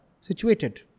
situated